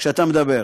כשאתה מדבר,